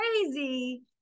crazy